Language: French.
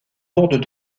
lourdes